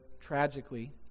tragically